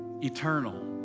eternal